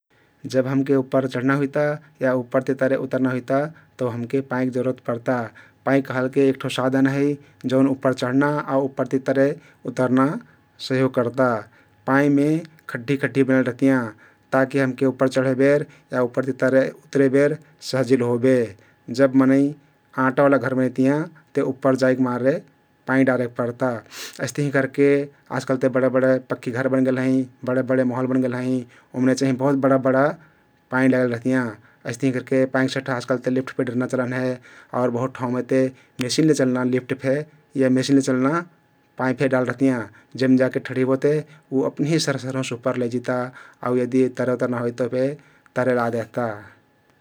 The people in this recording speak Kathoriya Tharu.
जब हमके उप्पर चढ्ना हुइता या उप्परति तरे उतर्ना हुइता तउ हमके पाइँक जरुरत पर्ता । पाइँ कहलके एक ठो साधन हइ जउन उप्पर चढ्ना आउ उप्पर ति तर उतर्ना सहियोग कर्ता । पाइँमे खड्ढी कड्ढी बनल रहतियाँ ताकि हमके उप्पर चढेबेर या उप्परति उत्रेबेर सहजिल होबे । जब मनै आँटा ओला घर बनैतियाँ ते उप्पर जाइकमारे पाइँ डारेक पर्ता । अइस्तहिं करके आजकाल्ह ते बडे बडे पक्की घर बनगेल हँइ बडे बडे महोल बनगेल हँइ ओमने चाहिं बहुत बडा बडा पाइँ डारल रहतियाँ । हइस्तहिं करके पाइँ सट्हा आजकाल्ह ते लिफ्ट डर्ना चलन हे आउर बहुत ठाउँमे ते मेसिनले चल्ना लिफ्ट फे या मेसिनले चल्ना पाइँ फे डारल रहतियाँ जेम्ने जाके ठरहिबो ते उ अपनहि सरसरहुँस उप्पर लैजिता आउ यदि तरे उतर्ना होइ ते फे तरे ला देहता ।